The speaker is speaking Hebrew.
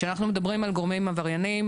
כשאנחנו מדברים על גורמים עבריינים